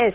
S